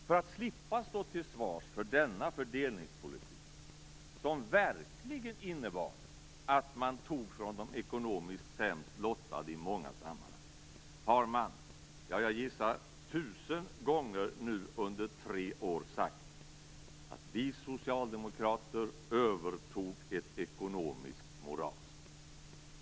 För att slippa stå till svars för denna fördelningspolitik som verkligen innebar att man i många sammanhang tog från de ekonomiskt sämst lottade har man - jag gissar tusen gången - under tre år sagt: Vi socialdemokrater övertog ett ekonomiskt moras.